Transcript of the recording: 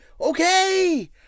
okay